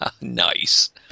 Nice